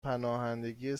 پناهندگی